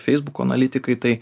feisbuko analitikai tai